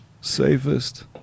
safest